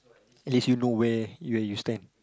at least you know where where you stand